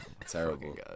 Terrible